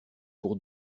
pour